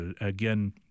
again